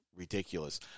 Ridiculous